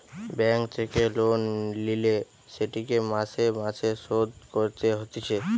bank থেকে loan লিলে সেটিকে মাসে মাসে শোধ করতে হতিছে